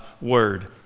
word